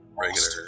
Regular